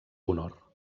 honor